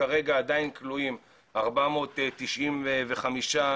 כרגע עדיין כלואים 495 עצורים,